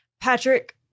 Patrick